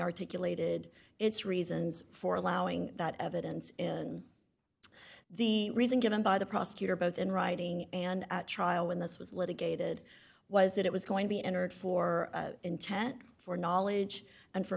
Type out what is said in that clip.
articulated its reasons for allowing that evidence in the reason given by the prosecutor both in writing and trial when this was litigated was that it was going to be entered for intent for knowledge and for